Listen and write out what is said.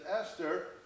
Esther